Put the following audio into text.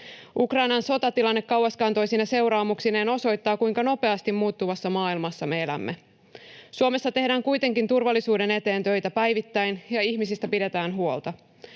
Ukrainan sotatilanne kauaskantoisine seuraamuksineen osoittaa, kuinka nopeasti muuttuvassa maailmassa me elämme. Suomessa tehdään kuitenkin turvallisuuden eteen töitä päivittäin ja ihmisistä pidetään huolta.